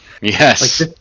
Yes